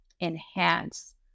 enhance